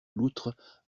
loutre